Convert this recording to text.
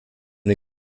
die